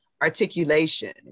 articulation